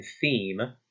theme